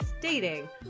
dating